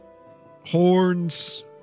horns